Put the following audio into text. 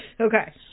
Okay